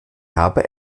habe